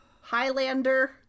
highlander